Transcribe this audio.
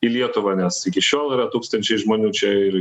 lietuvą nes iki šiol yra tūkstančiai žmonių čia ir